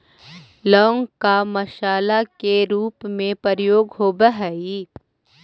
लौंग का मसाले के रूप में प्रयोग होवअ हई